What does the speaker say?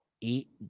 eat